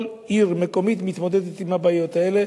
כל עיר מקומית מתמודדת עם הבעיות האלה.